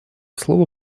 слово